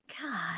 God